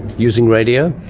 using radio?